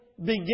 begin